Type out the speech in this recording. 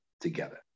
together